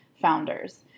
founders